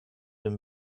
dem